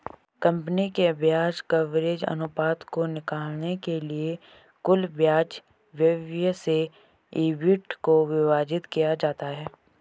company के ब्याज coverage अनुपात को निकालने के लिए कुल ब्याज व्यय से ईबिट को विभाजित किया जाता है